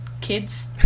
kid's